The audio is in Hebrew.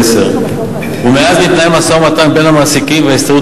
ומאז מתנהל משא-ומתן בין המעסיקים להסתדרות